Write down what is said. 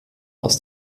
aus